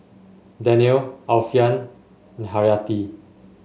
Daniel Alfian and Haryati